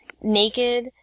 naked